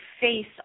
face